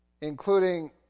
including